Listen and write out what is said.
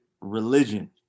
religion